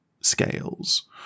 scales